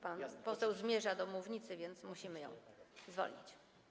Pan poseł zmierza do mównicy, więc musimy ją zwolnić.